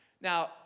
Now